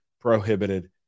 prohibited